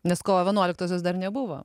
nes kovo vienuoliktosios dar nebuvo